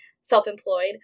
self-employed